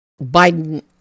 Biden